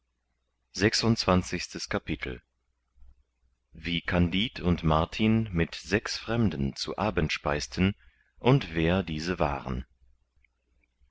sechsundzwanzigstes kapitel wie kandid und martin mit sechs fremden zu abend speisten und wer diese waren